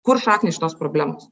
kur šaknys šitos problemos